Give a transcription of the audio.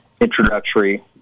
introductory